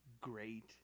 great